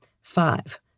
Five